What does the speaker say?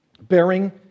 bearing